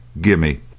Gimme